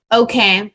okay